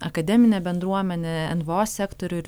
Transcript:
akademinę bendruomenę nvo sektorių ir